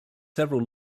several